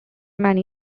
many